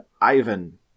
Ivan